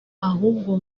ahubwo